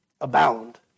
abound